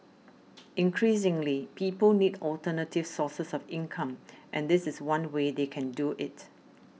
increasingly people need alternative sources of income and this is one way they can do it